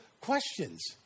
questions